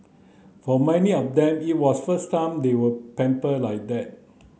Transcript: for many of them it was the first time they were pampered like that